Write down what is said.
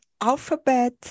alphabet